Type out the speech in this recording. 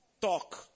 talk